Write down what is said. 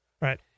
right